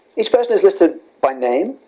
each person is listed by name,